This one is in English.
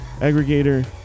aggregator